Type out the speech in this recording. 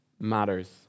matters